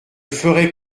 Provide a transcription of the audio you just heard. ferai